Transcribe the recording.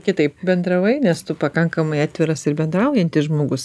kitaip bendravai nes tu pakankamai atviras ir bendraujantis žmogus